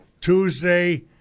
Tuesday